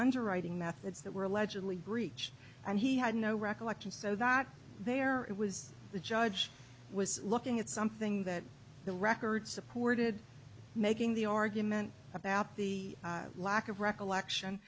underwriting methods that were allegedly breach and he had no recollection so that their it was the judge was looking at something that the record supported making the argument about the lack of recollection